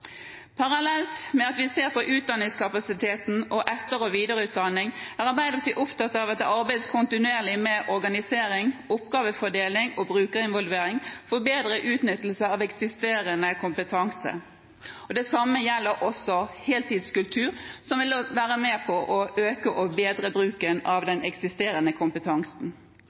Parallelt med at vi ser på utdanningskapasiteten og etter- og videreutdanning, er Arbeiderpartiet opptatt av at det arbeides kontinuerlig med organisering, oppgavefordeling og brukerinvolvering for bedre utnyttelse av eksisterende kompetanse. Det samme gjelder også heltidskultur, som vil være med på å øke og bedre bruken av den eksisterende kompetansen.